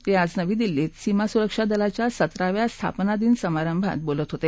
ते आज नवी दिल्लीत सीमा सुरक्षा दलाच्या सतराव्या स्थापना दिन समारंभात बोलत होते